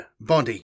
body